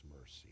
mercy